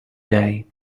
day